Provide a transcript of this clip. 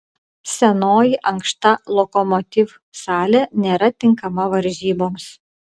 senoji ankšta lokomotiv salė nėra tinkama varžyboms